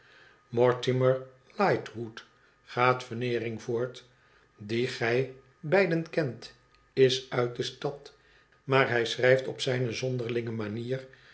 mortimer lightwood gaat veneering voort dien gij beiden kent is uit de stad maar hij schrijft op zijne zonderlinge manier